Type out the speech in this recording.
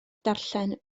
darllen